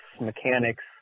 mechanics